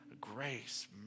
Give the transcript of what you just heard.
Grace